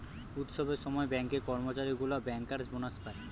উৎসবের সময় ব্যাঙ্কের কর্মচারী গুলা বেঙ্কার্স বোনাস পায়